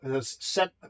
set